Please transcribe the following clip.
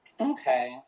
Okay